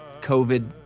covid